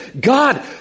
God